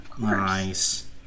Nice